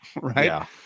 right